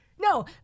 No